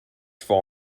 for